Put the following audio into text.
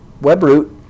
WebRoot